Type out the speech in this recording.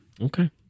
Okay